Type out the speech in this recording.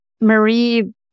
Marie